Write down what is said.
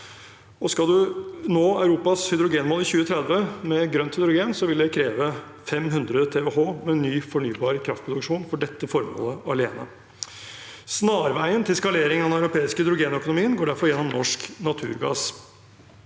Skal en nå Europas hydrogenmål i 2030 med grønt hydrogen, vil det kreve 500 TWh og en ny fornybar kraftproduksjon for dette formålet alene. Snarveien til skalering av den europeiske hydrogenøkonomien går derfor gjennom norsk naturgass.